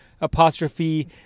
apostrophe